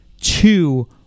two